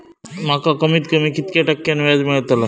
माका कमीत कमी कितक्या टक्क्यान व्याज मेलतला?